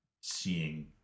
seeing